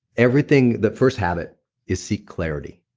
everything. the first habit is seek clarity.